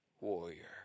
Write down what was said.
warrior